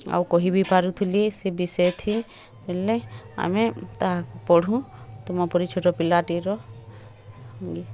ଆଉ କହିବି ପାରୁଥିଲିସେ ବିଷୟଥି ବୋଲେ ଆମେ ତାହା ପଢ଼ୁ ତୁମପରି ଛୋଟ ପିଲାଟିର